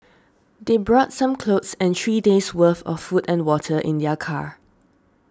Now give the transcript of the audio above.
they brought some clothes and three days' worth of food and water in their car